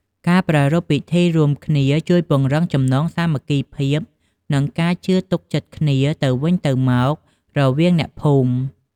ការប្រារព្ធពិធីរួមគ្នា ជួយពង្រឹងចំណងសាមគ្គីភាព និងការជឿទុកចិត្តគ្នាទៅវិញទៅមករវាងអ្នកភូមិ។